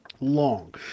long